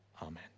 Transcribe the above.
Amen